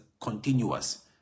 continuous